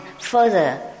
further